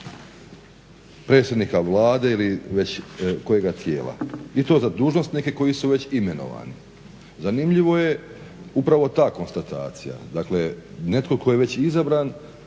predsjednika Vlade ili već kojega tijela i to za dužnosnike koji su već imenovani. Zanimljivo je upravo ta konstatacija. Dakle, netko tko je već izabran,